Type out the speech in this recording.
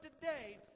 today